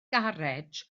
garej